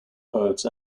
poets